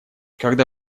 когда